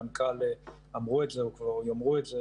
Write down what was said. המנכ"ל כבר אמרו את זה או יאמרו את זה